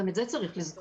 גם את זה צריך לזכור.